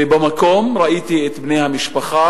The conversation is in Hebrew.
ובמקום ראיתי את בני המשפחה,